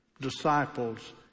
disciples